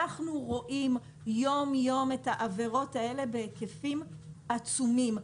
אנחנו רואים יום יום את העבירות האלה בהיקפים עצומים,